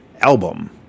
album